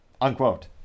unquote